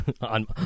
On